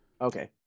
Okay